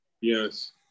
yes